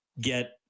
get